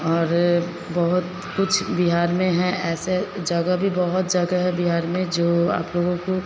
और बहुत कुछ बिहार में हैं ऐसे जगह भी बहुत जगह है बिहार में जो आप लोगों को